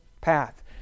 path